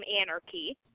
anarchy